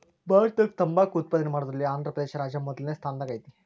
ಭಾರತದಾಗ ತಂಬಾಕ್ ಉತ್ಪಾದನೆ ಮಾಡೋದ್ರಲ್ಲಿ ಆಂಧ್ರಪ್ರದೇಶ ರಾಜ್ಯ ಮೊದಲ್ನೇ ಸ್ಥಾನದಾಗ ಐತಿ